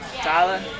tyler